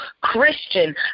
Christian